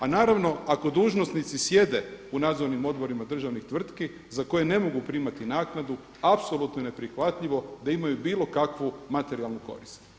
A naravno ako dužnosnici sjede u nadzornim odborima državnih tvrtki za koje ne mogu primati naknadu apsolutno je neprihvatljivo da imaju bilo kakvu materijalnu korist.